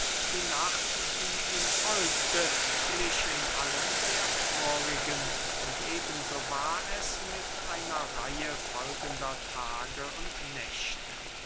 die nacht die ihm folgte glich in allem der vorigen und eben so war es mit einer reihe folgender tage und nächte